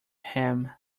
ham